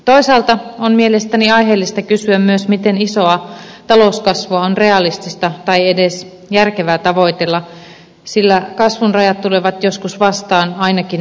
toisaalta on mielestäni aiheellista kysyä myös miten isoa talouskasvua on realistista tai edes järkevää tavoitella sillä kasvun rajat tulevat joskus vastaan ainakin ympäristönäkökulmasta